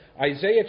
Isaiah